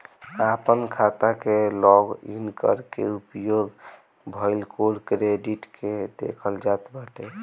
आपन खाता के लॉग इन कई के उपयोग भईल कुल क्रेडिट के देखल जात बाटे